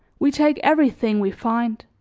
we take everything we find,